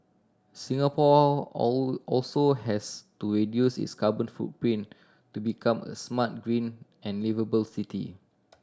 Singapore also has to reduce its carbon footprint to become a smart green and liveable city